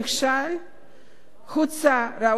הוצא ראול ולנברג להורג